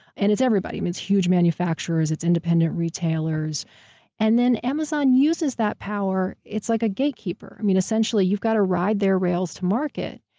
and it's everybody. it's huge manufacturers, it's independent retailers and then, amazon uses that power. it's like a gatekeeper. essentially you've got to ride their rails to market.